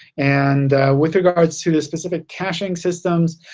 and with regards to the specific caching systems,